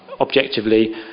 objectively